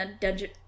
dungeon